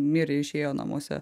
mirė išėjo namuose